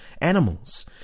animals